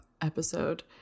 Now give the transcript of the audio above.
episode